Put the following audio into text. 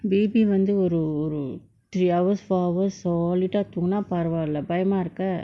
baby வந்து ஒரு ஒரு:vanthu oru oru three hours four hours solid ah தூங்குனா பரவால பயமாஇருக்க:thoonguna paravala payamairuka